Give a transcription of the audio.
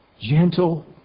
gentle